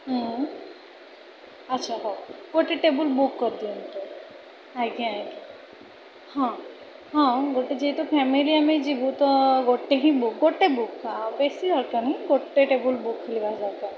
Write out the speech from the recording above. ହୁଁ ଆଚ୍ଛା ହଉ ଗୋଟେ ଟେବୁଲ୍ ବୁକ୍ କରି ଦିଅନ୍ତୁ ଆଜ୍ଞା ଆଜ୍ଞା ହଁ ହଁ ଗୋଟେ ଯେହେତୁ ଫେମିଲି ଆମେ ଯିବୁ ତ ଗୋଟେ ହିଁ ବୁକ୍ ଗୋଟେ ବୁକ୍ ଆଉ ବେଶୀ ଦରକାର ନାହିଁ ଗୋଟେ ଟେବୁଲ୍ ବୁକ୍ ଖାଲି ବାସ୍ ଦରକାର